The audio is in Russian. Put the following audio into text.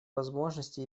возможности